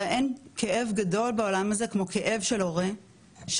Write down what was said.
הרי אין כאב גדול בעולם הזה כמו כאב של הורה שרואה